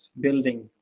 building